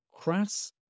crass